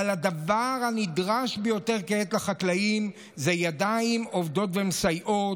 אבל הדבר הנדרש ביותר כעת לחקלאים הוא ידיים עובדות ומסייעות,